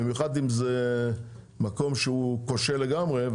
במיוחד אם זה מקום שהוא כושל לגמרי,